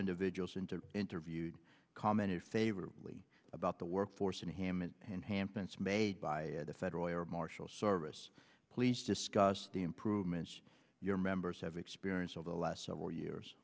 individuals and to interviewed commented favorably about the workforce and hammett and hampton's made by the federal air marshal service please discuss the improvements your members have experience over the last several years